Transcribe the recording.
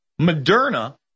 Moderna